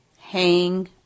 Hang